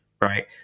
Right